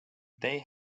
they